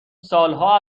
سالها